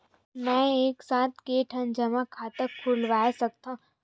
मैं एक साथ के ठन जमा खाता खुलवाय सकथव?